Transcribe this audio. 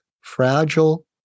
fragile